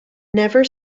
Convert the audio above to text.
never